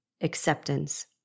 acceptance